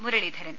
Muraleedharan